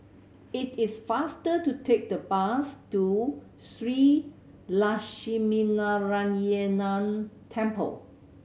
it is faster to take the bus to Shree Lakshminarayanan Temple